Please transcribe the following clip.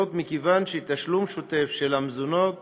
מכיוון שתשלום שוטף של המזונות